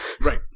Right